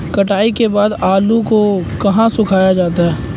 कटाई के बाद आलू को कहाँ सुखाया जाता है?